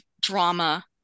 drama